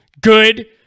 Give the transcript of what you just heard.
good